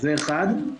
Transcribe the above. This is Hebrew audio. זה אחד.